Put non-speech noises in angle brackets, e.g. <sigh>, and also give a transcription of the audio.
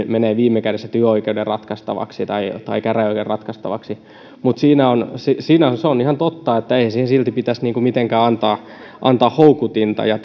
<unintelligible> menevät viime kädessä työoikeuden ratkaistavaksi tai tai käräjäoikeuden ratkaistavaksi mutta se on ihan totta että ei siihen silti pitäisi mitenkään antaa antaa houkutinta ja <unintelligible>